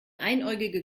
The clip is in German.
einäugige